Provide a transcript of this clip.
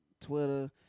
Twitter